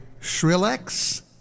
Shrillex